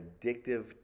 addictive